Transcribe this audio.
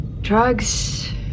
Drugs